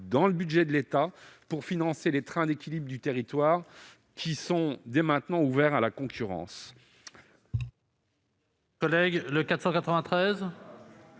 dans le budget de l'État pour financer les trains d'équilibre du territoire, dès maintenant ouvert à la concurrence.